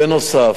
בנוסף,